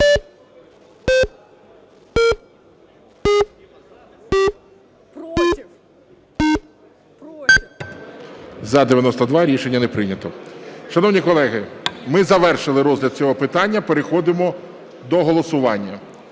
За-92 Рішення не прийнято. Шановні колеги, ми завершили розгляд цього питання, переходимо до голосування.